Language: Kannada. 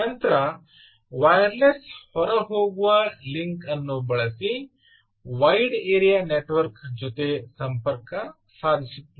ನಂತರ ವೈರ್ಲೆಸ್ ಹೊರಹೋಗುವ ಲಿಂಕ್ ಅನ್ನು ಬಳಸಿ ವೈಡ್ ಏರಿಯಾ ನೆಟ್ವರ್ಕ್ ಜೊತೆ ಸಂಪರ್ಕ ಸಾಧಿಸುತ್ತದೆ